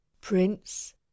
prince